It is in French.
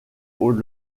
aux